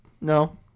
No